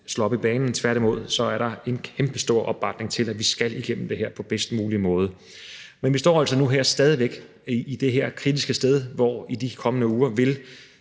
slår op i banen. Tværtimod er der en kæmpestor opbakning til, at vi skal igennem det her på bedst mulige måde. Men vi står altså nu her stadig væk i det her kritiske sted, hvor den i